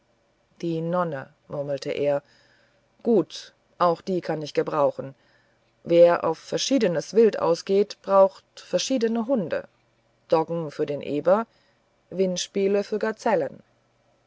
die nonne murmelte er gut auch die kann ich gebrauchen wer auf verschiedenes wild ausgeht braucht verschiedene hunde doggen für den eber windspiele für gazellen